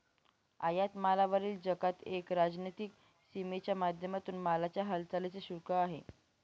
आयात मालावरील जकात एक राजनीतिक सीमेच्या माध्यमातून मालाच्या हालचालींच शुल्क आहे